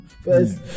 First